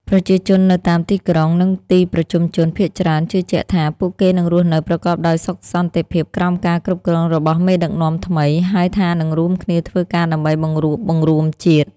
ប្រជាជននៅតាមទីក្រុង និងទីប្រជុំជនភាគច្រើនជឿជាក់ថា ពួកគេនឹងរស់នៅប្រកបដោយសុខសន្តិភាពក្រោមការគ្រប់គ្រងរបស់មេដឹកនាំថ្មី ហើយថានឹងរួមគ្នាធ្វើការដើម្បីបង្រួបបង្រួមជាតិ។